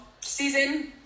season